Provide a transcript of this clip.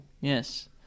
Yes